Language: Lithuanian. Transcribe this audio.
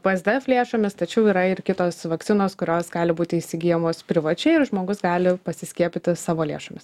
psdf lėšomis tačiau yra ir kitos vakcinos kurios gali būti įsigyjamos privačiai ir žmogus gali pasiskiepyti savo lėšomis